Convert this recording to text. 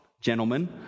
gentlemen